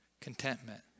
Contentment